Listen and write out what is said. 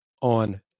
on